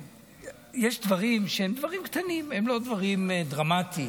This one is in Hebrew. יש דברים שהם דברים קטנים, הם לא דברים דרמטיים.